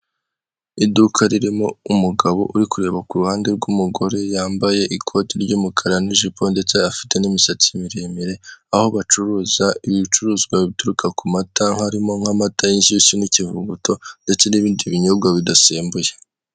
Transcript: Iduka ririmo umugabo uri kureba kuruhande rw'umugore yambaye ikoti ry'umukara n'ijipo ndetse afite n'imisatsi miremire, aho bacuruza ibicuruzwa bituruka ku mata harimo nk'amata y'inshyushyu n'ikivuguto ndetse n'ibindi binyobwa bidasembuye.